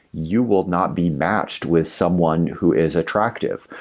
you will not be matched with someone who is attractive.